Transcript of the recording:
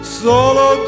solo